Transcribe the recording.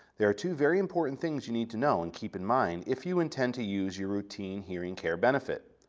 there are two very important things you need to know and keep in mind if you intend to use your routine hearing care benefit.